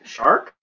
Shark